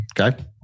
Okay